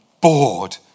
bored